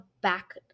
back